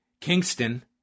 Kingston